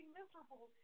miserable